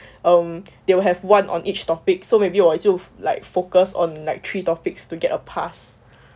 um they will have one on each topic so maybe 我就 like focus on like three topics to get a pass